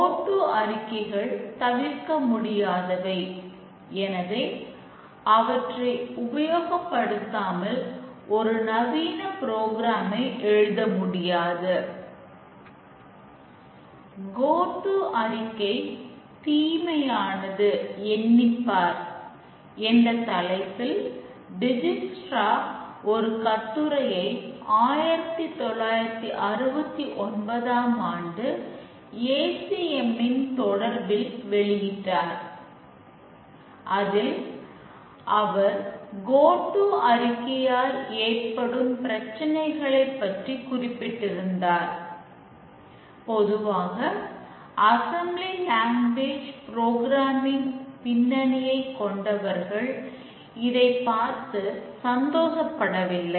கோ ட்டு அறிக்கை தீமையானது எண்ணிப்பார் பின்னணியைக் கொண்டவர்கள் அதைப் பார்த்து சந்தோசப் படவில்லை